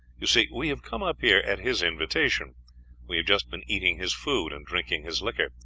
you see, we have come up here at his invitation we have just been eating his food and drinking his liquor,